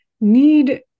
need